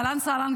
אהלן וסהלן,